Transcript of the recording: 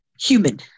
human